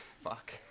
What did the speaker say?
fuck